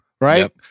right